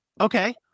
okay